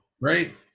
right